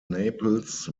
naples